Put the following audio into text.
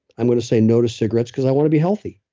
i'm going to say no to cigarettes because i want to be healthy.